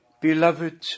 Beloved